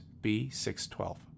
B612